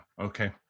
Okay